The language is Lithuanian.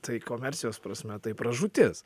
tai komercijos prasme tai pražūtis